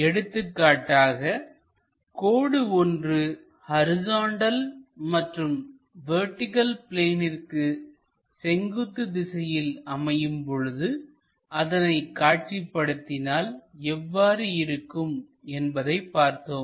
எடுத்துக்காட்டாக கோடு ஒன்று ஹரிசாண்டல் மற்றும் வெர்டிகள் பிளேனிற்கு செங்குத்து திசையில் அமையும் பொழுது அதனை காட்சிப்படுத்தினால் எவ்வாறு இருக்கும் என்பதைப் பார்த்தோம்